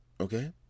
okay